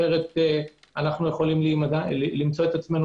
אחרת אנו עלולים למצוא עצמנו